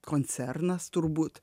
koncernas turbūt